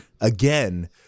again